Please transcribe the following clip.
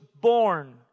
born